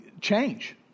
change